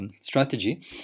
strategy